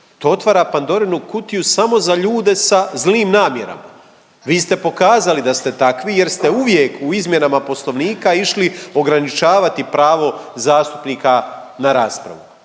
To otvara Pandorinu kutiju samo za ljude sa zlim namjerama. Vi ste pokazali da ste takvi jer ste uvijek u izmjenama Poslovnika išli ograničavati pravo zastupnika na raspravu.